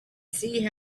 see